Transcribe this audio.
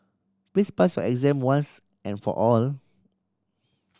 please pass your exam once and for all